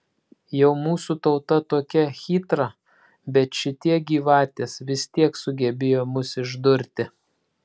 jau mūsų tauta tokia chytra bet šitie gyvatės vis tiek sugebėjo mus išdurti